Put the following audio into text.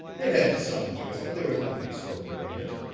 it had some interest, but there was nothing extraordinary in it.